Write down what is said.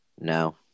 No